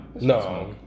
No